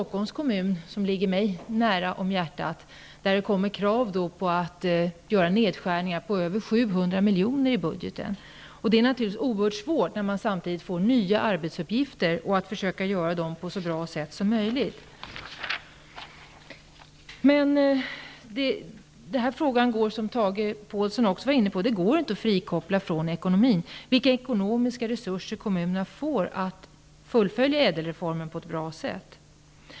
I Stockholms kommun, som ligger mig varmt om hjärtat, kommer krav på nedskärningar på över 700 milj.kr. i budgeten. Det är naturligtvis svårt när man samtidigt får nya arbetsuppgifter, att då försöka fullgöra dem på ett så bra sätt som möjligt. Det går inte att frikoppla denna fråga från ekonomin. Det var också Tage Påhlsson inne på. Den har att göra med vilka ekonomiska resurser kommunerna får för att fullfölja ÄDEL-reformen på ett bra sätt.